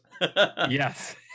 yes